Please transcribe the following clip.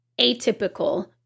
atypical